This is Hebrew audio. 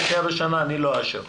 בקריאה הראשונה אני לא אאשר.